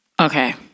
Okay